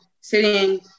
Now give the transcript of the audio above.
sitting